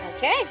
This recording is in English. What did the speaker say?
Okay